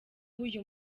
uyu